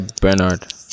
Bernard